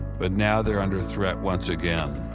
but now they're under threat once again.